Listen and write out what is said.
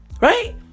right